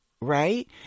right